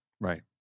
right